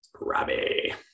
Robbie